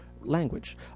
language